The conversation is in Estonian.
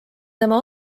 tema